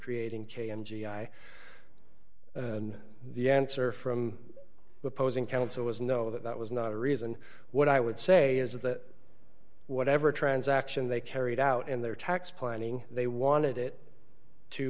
creating k in g i the answer from the opposing counsel was no that that was not a reason what i would say is that whatever transaction they carried out in their tax planning they wanted it to